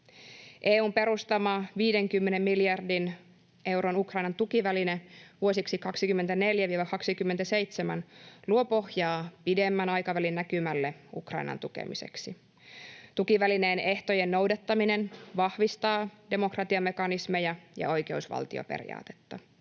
EU:n perustama 50 miljardin euron Ukrainan tukiväline vuosiksi 24—27 luo pohjaa pidemmän aikavälin näkymälle Ukrainan tukemiseksi. Tukivälineen ehtojen noudattaminen vahvistaa demokratian mekanismeja ja oikeusvaltioperiaatetta.